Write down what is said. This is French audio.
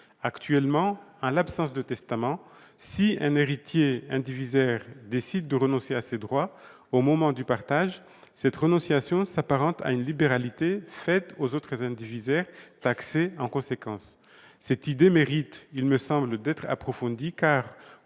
Actuellement, en l'absence de testament, si un héritier indivisaire décide de renoncer à ses droits au moment du partage, cette renonciation s'apparente à une libéralité faite aux autres indivisaires, taxés en conséquence. Cette idée mérite d'être approfondie, car,